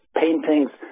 paintings